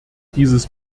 dieses